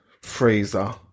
freezer